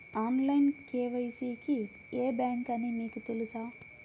Online KYC కి ఏ bank అని మీకు తెలుసా?